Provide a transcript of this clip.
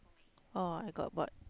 oh I got a board